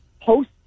post